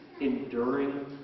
enduring